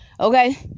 Okay